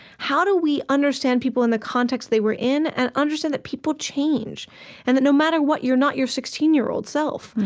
how do we understand people in the context they were in and understand that people change and that no matter what, you're not your sixteen sixteen year old self.